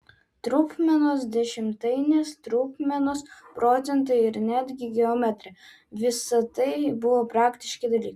trupmenos dešimtainės trupmenos procentai ir netgi geometrija visa tai buvo praktiški dalykai